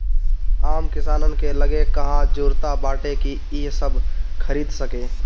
आम किसानन के लगे कहां जुरता बाटे कि इ सब खरीद सके